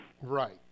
right